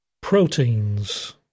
proteins